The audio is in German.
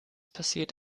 passiert